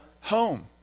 home